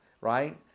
right